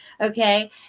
Okay